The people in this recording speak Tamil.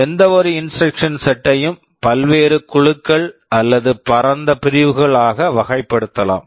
எந்தவொரு இன்ஸ்ட்ரக்க்ஷன் Instruction செட் set ஐயும் பல்வேறு குழுக்கள் அல்லது பரந்த பிரிவுகள் ஆக வகைப்படுத்தலாம்